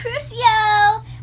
Crucio